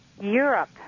Europe